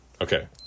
Okay